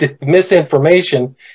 misinformation